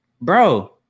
bro